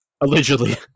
Allegedly